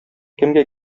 кемгә